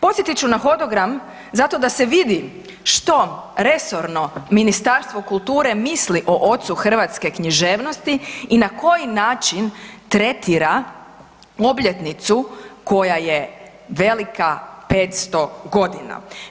Podsjetit ću na hodogram zato da se vidi što resorno Ministarstvo kulture misli o ocu hrvatske književnosti i na koji način tretira obljetnicu koja je velika 500 godina.